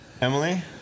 Emily